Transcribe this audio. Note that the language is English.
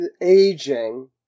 aging